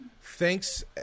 thanks